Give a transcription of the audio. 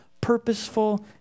purposeful